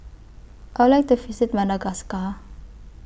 I Would like The visit Madagascar